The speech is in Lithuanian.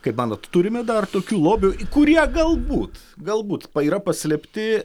kaip manot turime dar tokių lobių kurie galbūt galbūt yra paslėpti